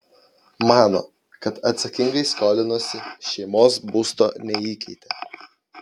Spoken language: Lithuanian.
mano kad atsakingai skolinosi šeimos būsto neįkeitė